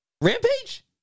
Rampage